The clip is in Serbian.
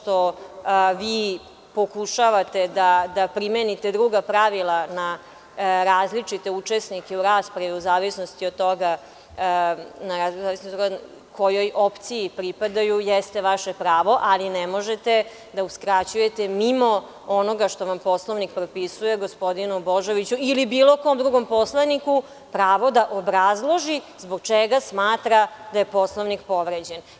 To što vi pokušavate da primenite druga pravila na različite učesnike u raspravi, u zavisnosti od toga kojoj opciji pripadaju, jeste vaše pravo, ali ne možete da uskraćujete mimo onoga što vam Poslovnik propisuje, gospodinu Božoviću ili bilo kom drugom poslaniku, pravo da obrazloži zbog čega smatra da je Poslovnik povređen.